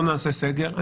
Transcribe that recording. לא נעשה סגר,